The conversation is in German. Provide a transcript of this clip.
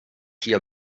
hier